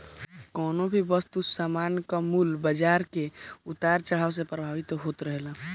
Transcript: कवनो भी वस्तु सामान कअ मूल्य बाजार के उतार चढ़ाव से प्रभावित होत रहेला